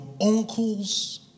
uncle's